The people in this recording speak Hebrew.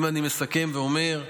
אם אני מסכם ואומר,